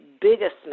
biggest